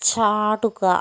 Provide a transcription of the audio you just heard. ചാടുക